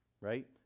right